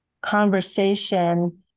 conversation